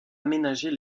aménager